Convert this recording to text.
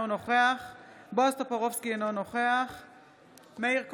אינו נוכח מאיר כהן,